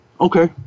okay